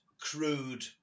crude